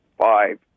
five